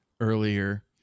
earlier